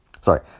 sorry